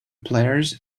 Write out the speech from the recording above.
players